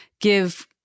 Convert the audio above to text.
give